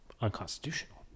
unconstitutional